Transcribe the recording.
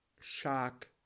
Shock